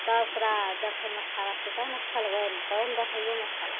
तब सारा देखयमे अच्छा लगतइ तब ने खेलबनि तब ने देखैयोमे अच्छा लागतइ